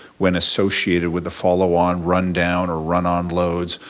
when associated with the follow on, rundown, or run-on loads,